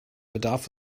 bedarf